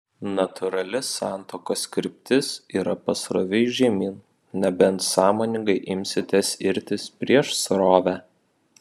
natūrali santuokos kryptis yra pasroviui žemyn nebent sąmoningai imsitės irtis prieš srovę